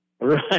Right